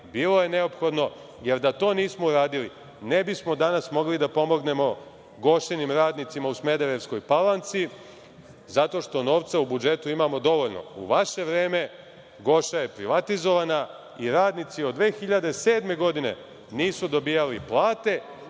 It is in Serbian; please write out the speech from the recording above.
bilo je neophodno, jer da to nismo uradili ne bismo danas mogli da pomognemo „Gošinim“ radnicima u Smederevskoj Palanci, zato što novca u budžetu imamo dovoljno. U vaše vreme „Goša“ je privatizovana i radnici od 2007. godine nisu dobijali plate,